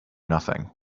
nothing